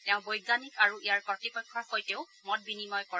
তেওঁ বৈজ্ঞানিক আৰু ইয়াৰ কৰ্ত্তপক্ষৰ সৈতেও মত বিনিময় কৰে